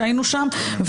שהיינו שם,